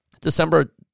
December